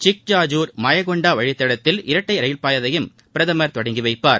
sick Jajur Mayakonda வழித்தடத்தில் இரட்ளட ரயில்பாதையையும் பிரதமர் தொடங்கி வைப்பார்